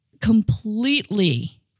completely